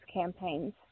campaigns